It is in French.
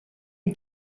une